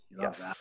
yes